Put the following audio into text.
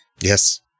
Yes